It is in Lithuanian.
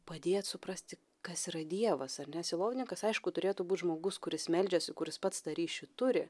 padėt suprasti kas yra dievas ar ne sielovininkas aišku turėtų būt žmogus kuris meldžiasi kuris pats tą ryšį turi